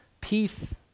Peace